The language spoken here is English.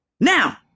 now